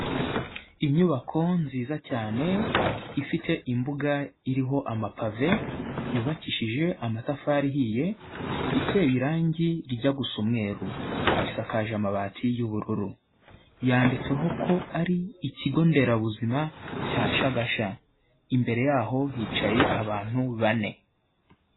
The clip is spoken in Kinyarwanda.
Inyubako nziza cyane, ifite imbuga iriho amapave, yubakishije amatafari ahiye, iteye irangi rijya gusa umweru. Isakaje amabati y'ubururu. Yanditseho ko ari Ikigo Nderabuzima cya Shagasha. Imbere yaho hicaye abantu bane.